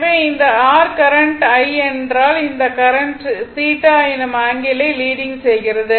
எனவே இந்த r current I என்றால் இந்த கரண்ட் θ எனும் ஆங்கிளை லீடிங் செய்கிறது